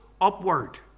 upward